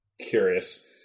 curious